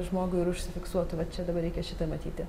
žmogui ir užsifiksuotų va čia dabar reikia šitą matyti